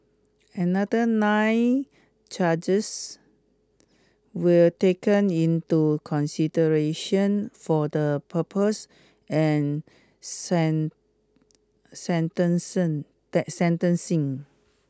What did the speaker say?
another nine charges were taken into consideration for the purpose and sentence that sentencing